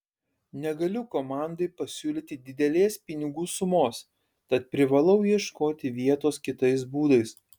negaliu komandai pasiūlyti didelės pinigų sumos tad privalau ieškoti vietos kitais būdais